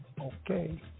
Okay